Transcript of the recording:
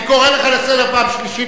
אני קורא לך לסדר פעם שלישית.